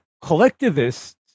collectivists